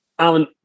Alan